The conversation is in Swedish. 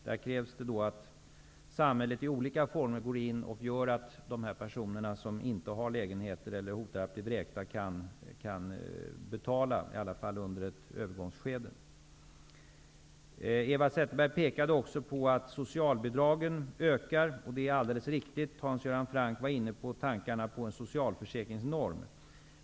Där krävs det att samhället går in på olika sätt och ser till att de personer som inte har lägenheter eller hotas av att bli vräkta kan betala, åtminstone i ett övergångsskede. Eva Zetterberg pekade också på att socialbidragen ökar. Det är alldeles riktigt. Hans Göran Franck var inne på tanken på en socialförsäkringsnorm.